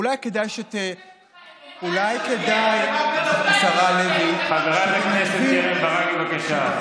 אולי כדאי חברת הכנסת קרן ברק, בבקשה.